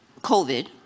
COVID